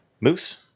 Moose